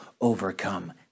overcome